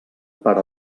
per